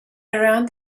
around